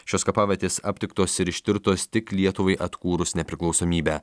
šios kapavietės aptiktos ir ištirtos tik lietuvai atkūrus nepriklausomybę